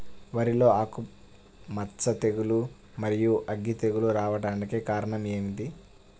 వరిలో ఆకుమచ్చ తెగులు, మరియు అగ్గి తెగులు రావడానికి కారణం ఏమిటి?